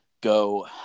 go –